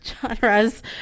genres